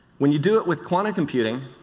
when you do it with quantum computing,